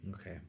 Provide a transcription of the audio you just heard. okay